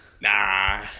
Nah